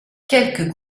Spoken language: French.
quelques